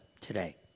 Today